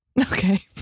Okay